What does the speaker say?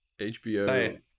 HBO